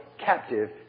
captive